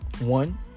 One